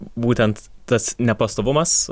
būtent tas nepastovumas